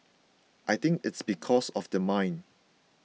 I think it's because of the mine